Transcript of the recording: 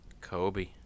Kobe